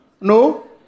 No